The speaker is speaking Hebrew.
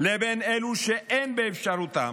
לבין אלו שאין באפשרותם,